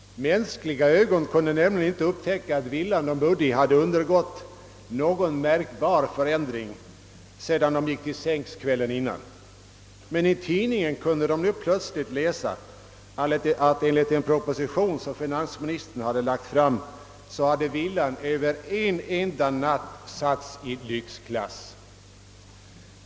Mänskliga ögon kunde inte upp täcka att villan de bodde i hade undergått någon märkbar förändring sedan de gick till sängs kvällen innan. Men i tidningen kunde de läsa att enligt en proposition som finansministern lagt fram hade villan över en enda natt satts i lyxklass.